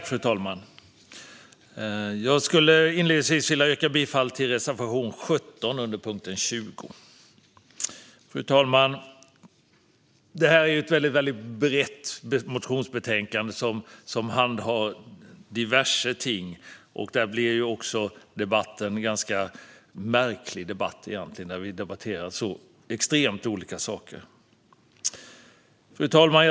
Fru talman! Jag vill inledningsvis yrka bifall till reservation 17 under punkt 20. Fru talman! Detta är ett väldigt brett motionsbetänkande som behandlar diverse ting. Det blir också en ganska märklig debatt när vi debatterar så extremt olika saker. Fru talman!